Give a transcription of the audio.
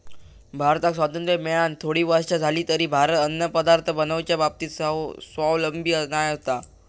भारताक स्वातंत्र्य मेळान थोडी वर्षा जाली तरी भारत अन्नपदार्थ बनवच्या बाबतीत स्वावलंबी नाय होतो